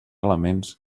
elements